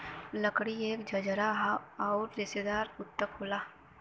लकड़ी एक झरझरा आउर रेसेदार ऊतक होला